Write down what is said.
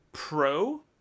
pro